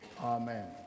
amen